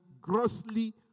grossly